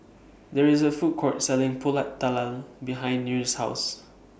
There IS A Food Court Selling Pulut Tatal behind Nyree's House